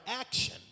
action